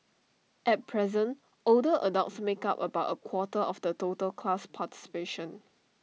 at present older adults make up about A quarter of the total class participation